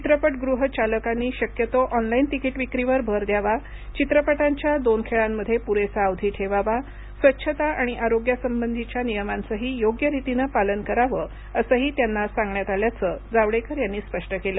चित्रपटगृह चालकांनी शक्यतो आॅनलाईन तिकिटविक्रीवर भर द्यावा चित्रपटांच्या दोन खेळांमध्ये पुरेसा अवधी ठेवावा स्वच्छता आणि आरोग्यासंबंधीच्या नियमांचही योग्यरीतीनं पालन करावं असंही त्यांना सांगण्यात आल्याचं जावडेकर यांनी स्पष्ट केलं